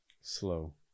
Slow